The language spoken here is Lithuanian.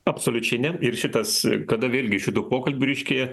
absoliučiai ne ir šitas kada vėlgi iš šitų pokalbių ryškėja